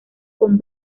con